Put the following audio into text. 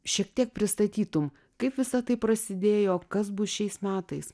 šiek tiek pristatytum kaip visa tai prasidėjo kas bus šiais metais